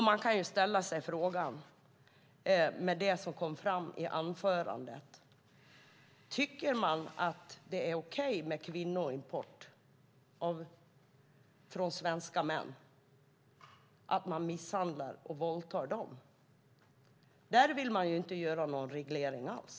Man kan ju ställa sig frågan utifrån det som kom fram i anförandet: Tycker ni att det är okej att svenska män importerar kvinnor och misshandlar och våldtar dem? Där vill ni ju inte göra någon reglering alls.